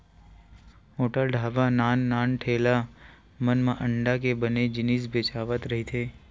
hotel, ढ़ाबा, नान नान ठेला मन म अंडा के बने जिनिस बेचावत रहिथे